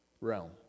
realm